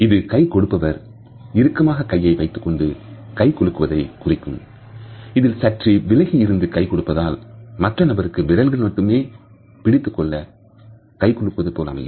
இது கை கொடுப்பவர் இறுக்கமாக கையை வைத்துக்கொண்டு கைகுலுக்குவதை குறிக்கும் இதில் சற்று விலகி இருந்து கை கொடுப்பதால் மற்ற நபருக்கு விரல்களை மட்டும் பிடித்து கை குலுக்குதல் போல அமையும்